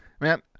Man